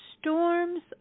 Storms